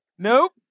Nope